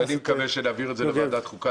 אני מקווה שנעביר את זה לוועדת החוקה.